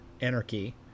anarchy